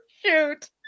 Shoot